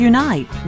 Unite